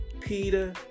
Peter